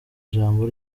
ijambo